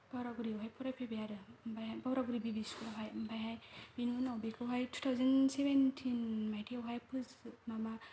बाग्रागुरियावहाय फरायफैबाय आरो ओमफ्राय बाग्रागुरि बिबि स्कुलावहाय ओमफ्रायहाय बेनि उनाव बेखौ तु थावजेन सेबेन्तिन मायथाइयावहाय फोजोबना मा